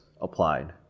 applied